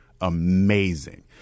amazing